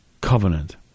covenant